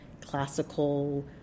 classical